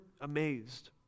amazed